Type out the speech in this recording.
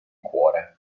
cuore